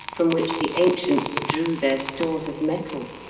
from which the ancients drew their stores of metal?